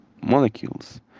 molecules